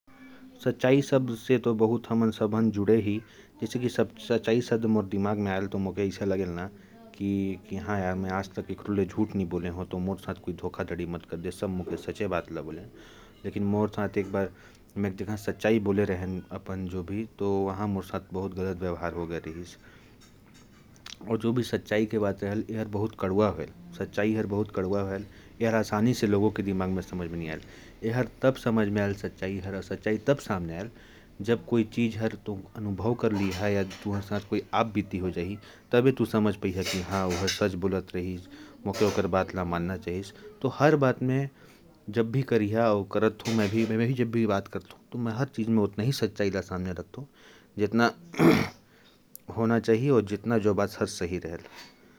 सच्चाई शब्द से हम सभी कहीं न कहीं जुड़े हुए हैं। जैसे, मुझे याद आया कि एक बार जब मैंने सच बोला था, तो मेरे साथ बहुत गलत व्यवहार हुआ था। लेकिन सच्चाई एक न एक दिन सामने आ ही जाती है, इसलिए हमें सच बोलना चाहिए।